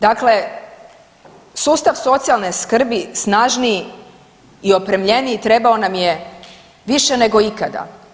Dakle, sustav socijalne skrbi snažniji i opremljeniji trebao nam je više nego ikada.